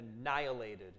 annihilated